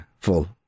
full